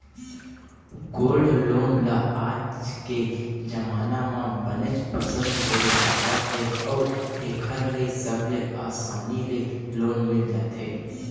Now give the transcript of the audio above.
gold loan ल आज के जमाना म बनेच पसंद करे जावत हे अउ एखर ले सबले असानी ले लोन मिल जाथे